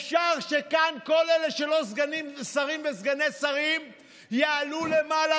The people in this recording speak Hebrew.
אפשר גם לשלוח את היועצים: תביאו לי את הטופס.